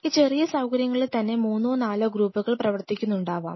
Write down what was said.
ഈ ചെറിയ സൌകര്യങ്ങളിൽ തന്നെ മൂന്നോ നാലോ ഗ്രൂപ്പുകൾ പ്രവർത്തിക്കുന്നുണ്ടാവാം